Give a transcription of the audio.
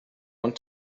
want